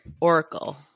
oracle